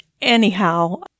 Anyhow